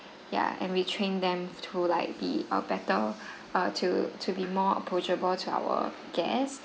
ya and retrain them to like be a better uh to to be more approachable to our guest